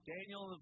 Daniel